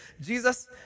Jesus